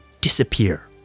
disappear